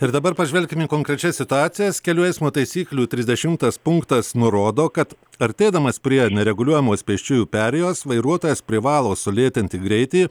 ir dabar pažvelkim į konkrečias situacijas kelių eismo taisyklių trisdešimtas punktas nurodo kad artėdamas prie nereguliuojamos pėsčiųjų perėjos vairuotojas privalo sulėtinti greitį